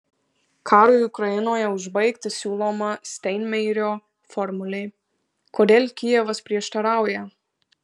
karui ukrainoje užbaigti siūloma steinmeierio formulė kodėl kijevas prieštarauja